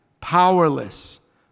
powerless